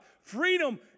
Freedom